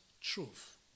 truth